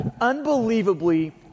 unbelievably